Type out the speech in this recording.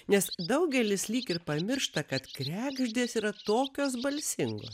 nes daugelis lyg ir pamiršta kad kregždės yra tokios balsingos